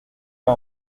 pas